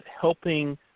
helping